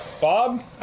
Bob